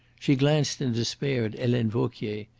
she glanced in despair at helene vauquier,